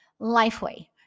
LifeWay